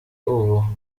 ubu